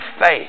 faith